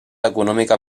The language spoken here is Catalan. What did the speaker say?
econòmica